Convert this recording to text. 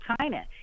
China